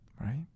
right